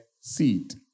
seed